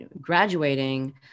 graduating